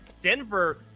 Denver